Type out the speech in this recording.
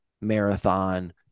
marathon